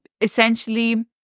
essentially